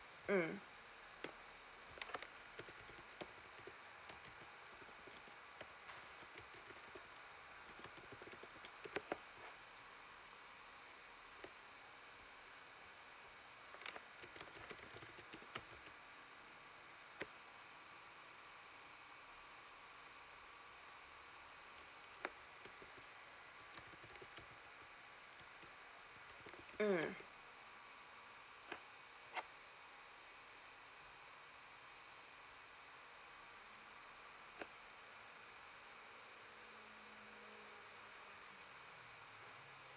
mm mm